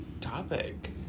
topic